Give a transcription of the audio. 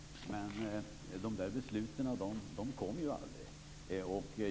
Men dessa beslut fattades aldrig.